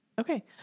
Okay